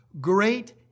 Great